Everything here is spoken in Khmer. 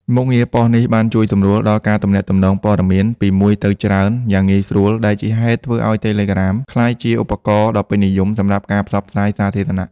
មុខងារប៉ុស្តិ៍នេះបានជួយសម្រួលដល់ការទំនាក់ទំនងព័ត៌មានពីមួយទៅច្រើនយ៉ាងងាយស្រួល ដែលជាហេតុធ្វើឲ្យ Telegram ក្លាយជាឧបករណ៍ដ៏ពេញនិយមសម្រាប់ការផ្សព្វផ្សាយសាធារណៈ។